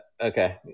Okay